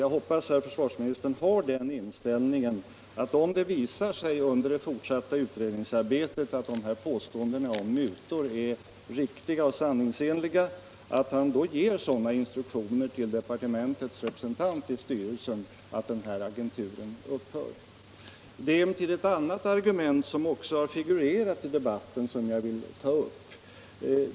Jag hoppas att försvarsministern har den inställningen att han, om det visar sig under det fortsatta utredningsarbetet att de här påståendena om mutor är riktiga och sanningsenliga, ger sådana instruktioner till departementets representant i styrelsen att den här agenturen upphör. Det är emellertid ett annat argument som också har figurerat i debatten som jag vill ta upp.